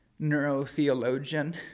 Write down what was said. neurotheologian